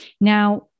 Now